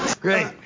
Great